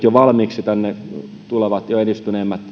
jo valmiiksi pidemmällä kotoutumisessa olevien jo edistyneempien